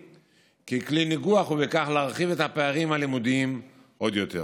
ככלי ניגוח ובכך להרחיב את הפערים הלימודיים עוד יותר.